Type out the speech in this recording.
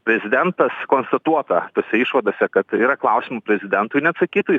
prezidentas konstatuota tose išvadose kad yra klausimų prezidentui neatsakytų